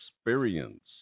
experience